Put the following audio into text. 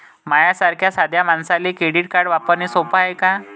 माह्या सारख्या साध्या मानसाले क्रेडिट कार्ड वापरने सोपं हाय का?